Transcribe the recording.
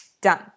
done